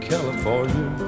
California